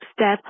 step